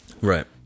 Right